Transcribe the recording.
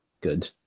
good